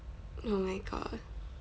oh my god